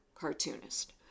cartoonist